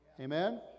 Amen